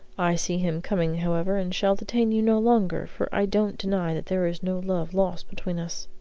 i see him coming, however, and shall detain you no longer, for i don't deny that there is no love lost between us.